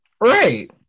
Right